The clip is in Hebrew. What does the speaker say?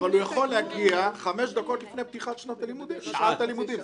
אבל הוא יכול להגיע חמש דקות לפני פתיחת שעת הלימודים.